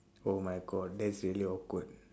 oh my god that is really awkward